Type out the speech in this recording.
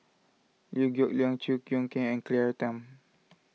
Liew Geok Leong Chew Choo Keng and Claire Tham